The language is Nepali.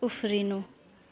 उफ्रिनु